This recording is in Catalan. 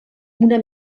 una